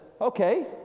okay